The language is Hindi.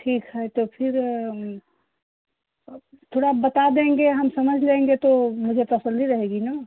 ठीक है तो फिर थोड़ा बता देंगे हम समझ लेंगे तो मुझे तसल्ली रहेगी ना